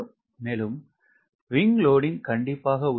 மேலும் WSம் கண்டிப்பாக உயரும்